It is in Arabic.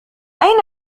أين